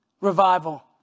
Revival